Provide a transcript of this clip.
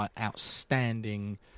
outstanding